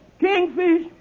Kingfish